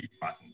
button